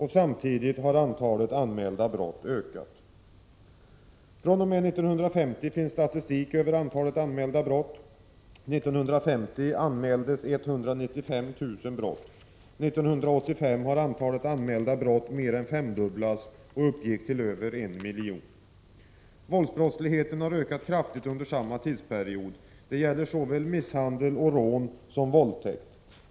Samtidigt har antalet anmälda brott ökat. fr.o.m. 1950 finns statistik över antalet anmälda brott. 1950 anmäldes 195 000 brott. 1985 mer än femdubblades antalet anmälda brott och uppgick till över 1 miljon. Våldsbrottsligheten har ökat kraftigt under samma tidsperiod. Det gäller såväl misshandel och rån som våldtäkt.